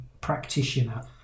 practitioner